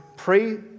Pray